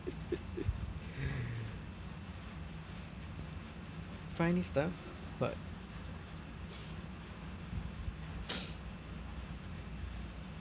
stuff what